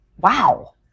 wow